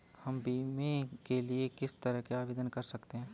हम बीमे के लिए किस तरह आवेदन कर सकते हैं?